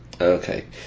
Okay